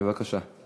בבקשה.